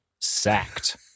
Sacked